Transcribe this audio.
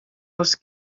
els